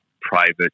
private